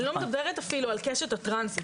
אני אפילו לא מדברת על הקשת הטרנסית,